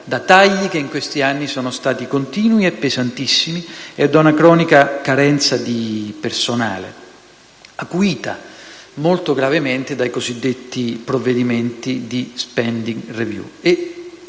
da tagli che in questi anni sono stati continui e pesantissimi e da una cronica carenza di personale, acuita molto gravemente dai cosiddetti provvedimenti di *spending review*.